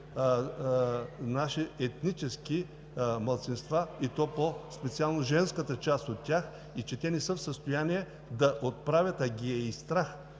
наши етнически малцинства и по специално женската част от тях и те не са в състояние да отправят, а ги е и страх,